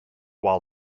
while